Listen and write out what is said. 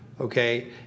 Okay